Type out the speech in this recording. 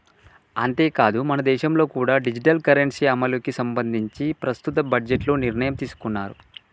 అంతేకాదు మనదేశంలో కూడా డిజిటల్ కరెన్సీ అమలుకి సంబంధించి ప్రస్తుత బడ్జెట్లో నిర్ణయం తీసుకున్నారు